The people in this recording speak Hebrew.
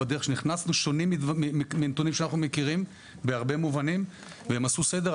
הנתונים האלה שונים מהנתונים שאנחנו מכירים בהרבה מובנים והם עשו סדר,